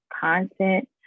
content